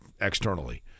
externally